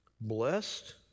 blessed